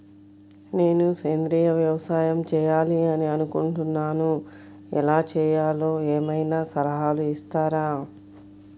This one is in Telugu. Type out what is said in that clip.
నేను సేంద్రియ వ్యవసాయం చేయాలి అని అనుకుంటున్నాను, ఎలా చేయాలో ఏమయినా సలహాలు ఇస్తారా?